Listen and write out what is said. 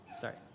Sorry